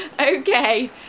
Okay